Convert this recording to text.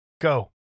Go